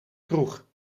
kroeg